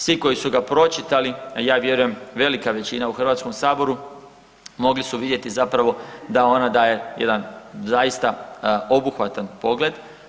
Svi koji su ga pročitali, a ja vjerujem velika većina u HS-u mogli su vidjeti zapravo da ona daje jedan zaista obuhvatan pogled.